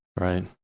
Right